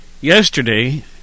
Yesterday